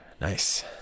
nice